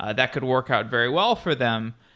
ah that could work out very well for them.